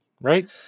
Right